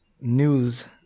news